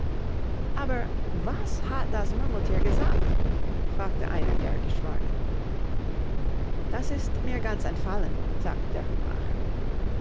aber was hat das murmelthier gesagt fragte einer der geschwornen das ist mir ganz entfallen sagte der hutmacher